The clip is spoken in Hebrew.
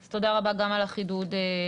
אז תודה רבה גם על החידוד הזה.